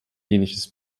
ähnliches